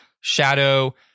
shadow